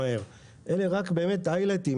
אלה רק עיקרי הדברים,